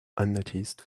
unnoticed